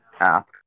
app